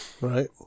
Right